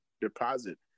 deposit